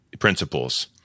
Principles